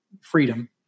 freedom